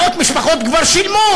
מאות משפחות כבר שילמו,